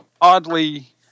oddly